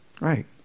right